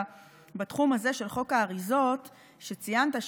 בתחום הזה של חוק האריזות שציינת,